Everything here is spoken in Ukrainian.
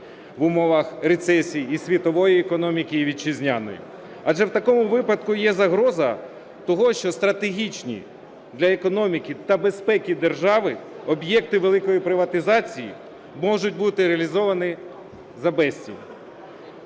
в умовах рецесії і світової економіки, і вітчизняної. Адже у такому випадку є загроза того, що стратегічні для економіки та безпеки держави об'єкти великої приватизації можуть бути реалізовані за безцінь